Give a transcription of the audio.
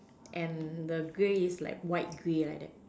and the grey is like white grey like that